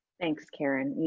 thanks karen, yeah